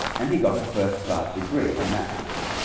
and he got a first class degree in maths